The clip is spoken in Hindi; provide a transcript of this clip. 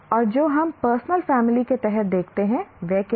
और जो हम पर्सनल फैमिली के तहत देखते हैं वह क्या है